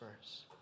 first